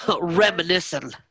reminiscing